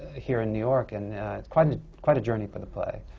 here in new york, and it's quite ah quite a journey for the play.